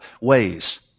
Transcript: ways